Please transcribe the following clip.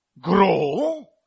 grow